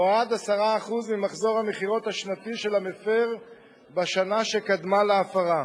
או עד 10% ממחזור המכירות השנתי של המפר בשנה שקדמה להפרה.